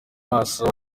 maso